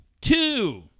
two